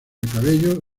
cabello